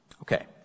Okay